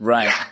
Right